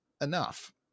enough